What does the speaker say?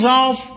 off